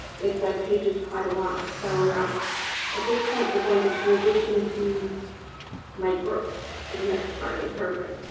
with webpages quite a lot. so at this point, we're going to transition to mike brooks for the next part of the program.